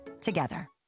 together